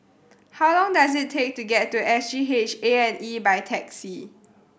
how long does it take to get to S G H A and E by taxi